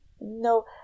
no